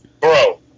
bro